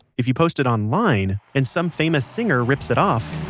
if you post it online, and some famous singer rips it off,